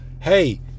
hey